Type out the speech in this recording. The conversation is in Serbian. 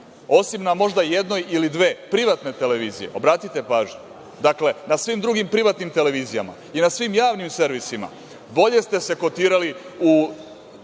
osim na možda jednoj ili dve privatne televizije, obratite pažnju, dakle, na svim drugim privatnim televizijama i na svim javnim servisima bolje ste se kotirali u